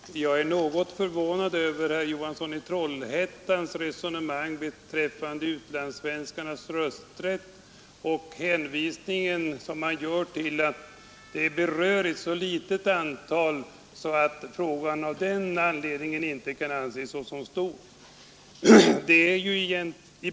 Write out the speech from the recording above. Herr talman! Jag är något förvånad över herr Johanssons i Trollhättan resonemang beträffande utlandssvenskarnas rösträtt och hans hänvisning till att saken berör ett så litet antal människor att frågan av den anledningen inte kan anses som stor.